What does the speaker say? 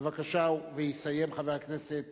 בבקשה, ויסיים חבר הכנסת